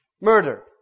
murder